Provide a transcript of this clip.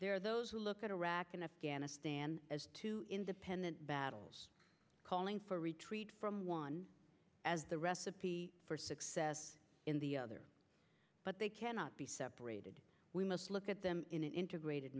are those who look at iraq and afghanistan as two independent battles calling for retreat from one as the recipe for success in the other but they cannot be separated we must look at them in an integrated